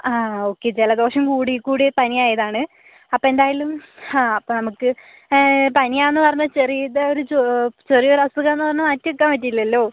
ആ ഓക്കെ ജലദോഷം കൂടി കൂടി പനിയായതാണ് അപ്പൊന്തായാലും അപ്പോൾ നമുക്ക് പനിയാന്ന് പറഞ്ഞ് ചെറിയത് ചെറിയൊരസുഖമെന്ന് പറഞ്ഞ് മാറ്റി നിർത്താൻ പറ്റില്ലല്ലോ